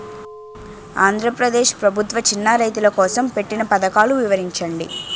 ఆంధ్రప్రదేశ్ ప్రభుత్వ చిన్నా రైతుల కోసం పెట్టిన పథకాలు వివరించండి?